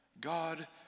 God